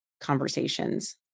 conversations